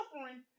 suffering